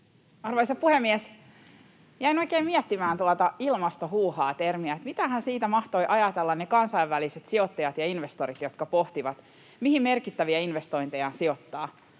Arvoisa puhemies! Jäin oikein miettimään tuota termiä ilmasto-huuhaa, että mitähän siitä mahtaisivat ajatella ne kansainväliset sijoittajat ja investorit, jotka pohtivat, mihin merkittäviä investointejaan sijoittaa